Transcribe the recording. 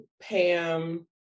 Pam